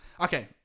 Okay